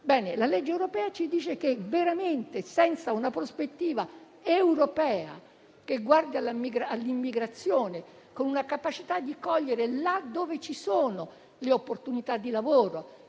La legge europea ci dice che serve una prospettiva europea che guardi all'immigrazione con la capacità di cogliere, là dove ci sono, le opportunità di lavoro